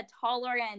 tolerant